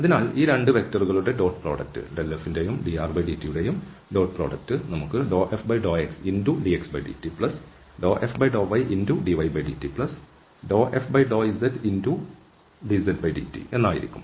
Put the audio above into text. അതിനാൽ ഈ 2 വെക്റ്ററുകളുടെ ഡോട്ട് പ്രോഡക്റ്റ് ∂f∂xdxdt∂f∂ydydt∂f∂zdzdt ആയിരിക്കും